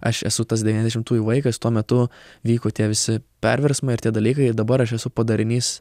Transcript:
aš esu tas devyniasdešimtųjų vaikas tuo metu vyko tie visi perversmai ir tie dalykai dabar aš esu padarinys